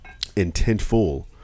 intentful